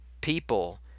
People